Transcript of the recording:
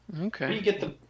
Okay